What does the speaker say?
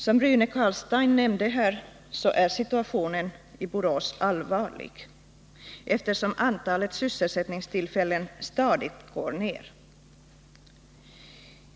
Som Rune Carlstein nämnde är situationen i Borås allvarlig, eftersom antalet sysselsättningstillfällen stadigt går ner.